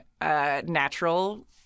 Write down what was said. natural